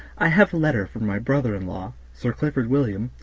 i have a letter from my brother-in-law, sir clifford williams,